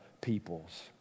peoples